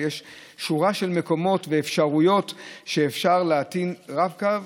ויש שורה של מקומות ואפשרויות שאפשר להטעין בהם רב-קו.